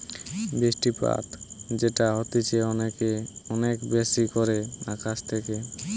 বৃষ্টিপাত যেটা হতিছে অনেক বেশি করে আকাশ থেকে